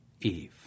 Eve